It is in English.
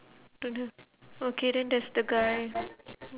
don't have okay then there's the guy